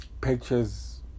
pictures